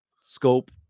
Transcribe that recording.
scope